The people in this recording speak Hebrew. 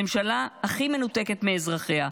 הממשלה הכי מנותקת מאזרחיה,